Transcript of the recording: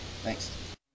Thanks